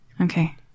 Okay